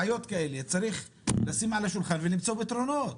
בעיות כאלה צריך לשים על השולחן ולמצוא פתרונות.